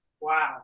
Wow